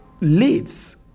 leads